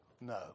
No